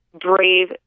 brave